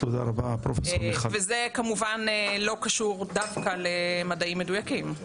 זה כמובן לא קשור דווקא למדעים מדויקים,